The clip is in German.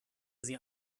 sie